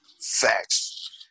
Facts